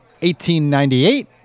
1898